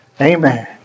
Amen